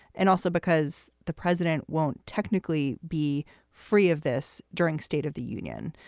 and also because the president won't technically be free of this during state of the union.